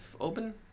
open